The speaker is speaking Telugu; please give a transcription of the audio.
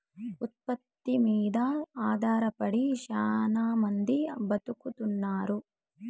ఉత్పత్తి మీద ఆధారపడి శ్యానా మంది బతుకుతున్నారు